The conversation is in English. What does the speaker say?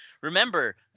Remember